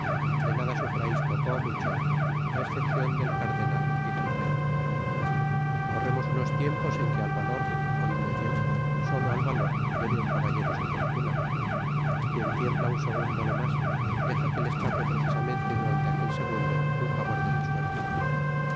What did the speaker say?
amigosde nada sufrais poco ó mucho á escepcion del cardenal y del rey corremos unos tiempos en que al valor oidmebien solo al valor debe un caballero su fortuna quien tiembla un segundo no mas deja que le escape precisamente durante aquel segundo un favor de la suerte